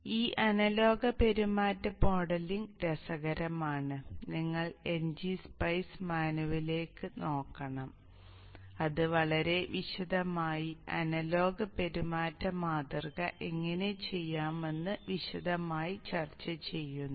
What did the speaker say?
ഈ അനലോഗ് പെരുമാറ്റ മോഡലിംഗ് രസകരമാണ് നിങ്ങൾ ngSpice മാനുവലിൽ നോക്കണം ഇത് വളരെ വിശദമായി അനലോഗ് പെരുമാറ്റ മാതൃക എങ്ങനെ ചെയ്യണമെന്ന് വിശദമായി ചർച്ച ചെയ്യുന്നു